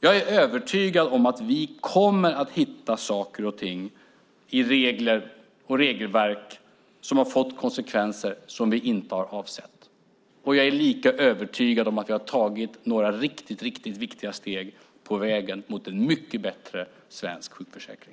Jag är övertygad om att vi kommer att hitta saker och ting i regler och regelverk som har fått konsekvenser vi inte har avsett. Jag är lika övertygad om att vi har tagit några riktigt viktiga steg på vägen mot en mycket bättre svensk sjukförsäkring.